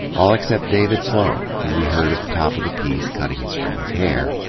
all except david slone, who we heard at the top of the piece, cutting his friend's hair.